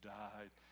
died